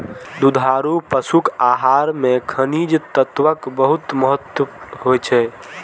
दुधारू पशुक आहार मे खनिज तत्वक बहुत महत्व होइ छै